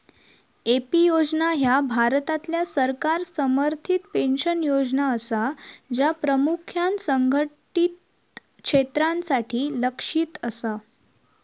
AP योजना ह्या भारतातल्या सरकार समर्थित पेन्शन योजना असा, ज्या प्रामुख्यान असंघटित क्षेत्रासाठी लक्ष्यित असा